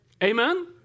Amen